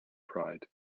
pride